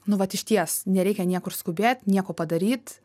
nu vat išties nereikia niekur skubėt nieko padaryt